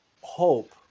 hope